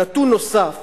נתון נוסף